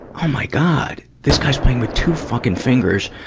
oh my god! this guy's playing with two fucking fingers.